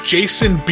Jason